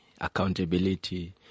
Accountability